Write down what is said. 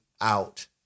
out